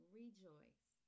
rejoice